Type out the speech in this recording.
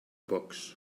books